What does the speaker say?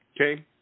Okay